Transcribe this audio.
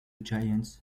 giants